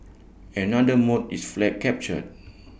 another mode is flag capture